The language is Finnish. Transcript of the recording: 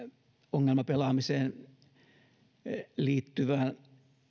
ongelmapelaamiseen liittyvä